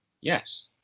Yes